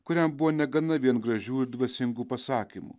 kuriam buvo negana vien gražių ir dvasingų pasakymų